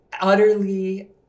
utterly